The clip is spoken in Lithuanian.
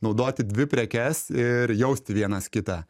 naudoti dvi prekes ir jausti vienas kitą